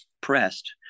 pressed